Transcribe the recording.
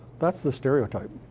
that's the stereotype.